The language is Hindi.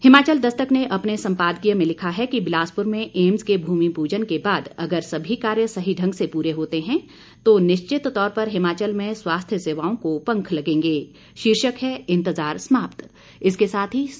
हिमाचल दस्तक ने अपने संपादकीय में लिखा है कि बिलासपुर में एम्स के भूमि पूजन के बाद अगर सभी कार्य सही ढंग से पूरे होते हैं तो निश्चित तौर पर हिमाचल में स्वास्थ्य सेवाओं को पंख लगेंगे